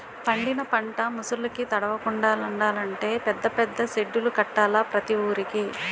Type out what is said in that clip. పండిన పంట ముసుర్లుకి తడవకుండలంటే పెద్ద పెద్ద సెడ్డులు కట్టాల ప్రతి వూరికి